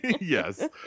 Yes